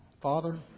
Father